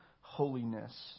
holiness